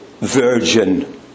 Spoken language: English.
virgin